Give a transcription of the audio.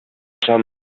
ҫав